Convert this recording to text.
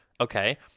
okay